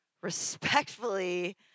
Respectfully